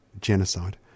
genocide